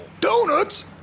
Donuts